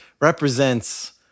represents